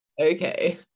Okay